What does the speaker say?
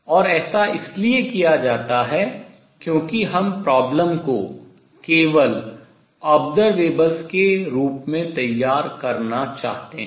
और ऐसा इसलिए किया जाता है क्योंकि हम problem समस्या को केवल observables प्रेक्षणों के रूप में तैयार करना चाहते हैं